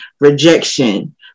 rejection